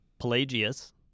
Pelagius